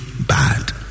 bad